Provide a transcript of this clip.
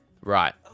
Right